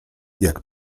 jak